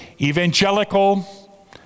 evangelical